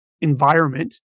environment